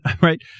right